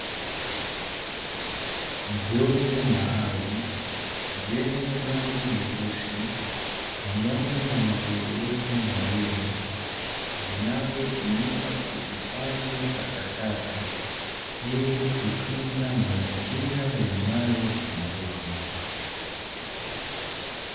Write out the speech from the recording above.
Vyombo maalumu vyenye rangi nyeusi pamoja na magurudumu mawili, vinavyotumika kuhifadhi takataka ili kutunza mazingira yanayozunguka.